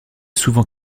souvent